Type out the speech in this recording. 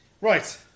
right